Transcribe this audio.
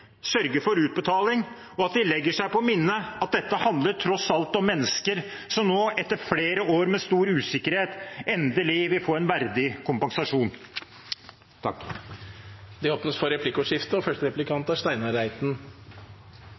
for utbetaling, og at de legger seg på minne at dette tross alt handler om mennesker som nå, etter flere år med stor usikkerhet, endelig vil få en verdig kompensasjon. Det blir replikkordskifte.